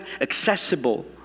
accessible